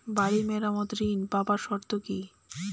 বাড়ি মেরামত ঋন পাবার শর্ত কি?